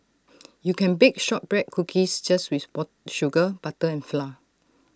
you can bake Shortbread Cookies just with ball sugar butter and flour